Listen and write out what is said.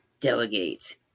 Delegate